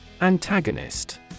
Antagonist